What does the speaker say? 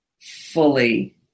fully